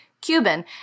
Cuban